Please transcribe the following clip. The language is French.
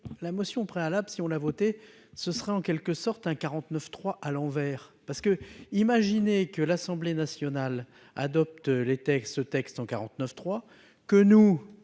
la motion préalable si on l'a voté, ce sera en quelque sorte un 49 3 à l'envers parce que, imaginez que l'Assemblée nationale adopte les textes, ce texte en 49 3 que nous